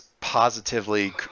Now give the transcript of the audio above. positively